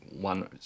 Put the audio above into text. one